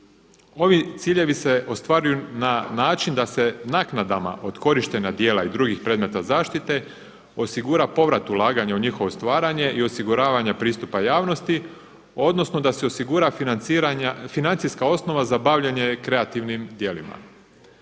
Ovi ciljevi se ostvaruju na način da se naknadama od korištenja djela i drugih predmeta zaštite osigura povrat ulaganja u njihovo stvaranje i osiguravanja pristupa javnosti odnosno da se osigura financijska osnova za bavljenje kreativnim djelima.